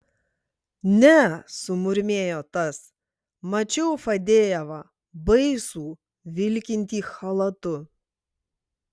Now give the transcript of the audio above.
ne sumurmėjo tas mačiau fadejevą baisų vilkintį chalatu